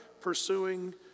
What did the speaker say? pursuing